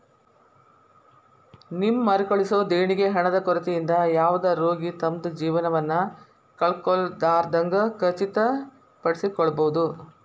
ನಿಮ್ದ್ ಮರುಕಳಿಸೊ ದೇಣಿಗಿ ಹಣದ ಕೊರತಿಯಿಂದ ಯಾವುದ ರೋಗಿ ತಮ್ದ್ ಜೇವನವನ್ನ ಕಳ್ಕೊಲಾರ್ದಂಗ್ ಖಚಿತಪಡಿಸಿಕೊಳ್ಬಹುದ್